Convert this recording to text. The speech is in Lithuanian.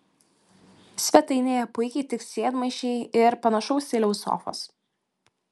svetainėje puikiai tiks sėdmaišiai ir panašaus stiliaus sofos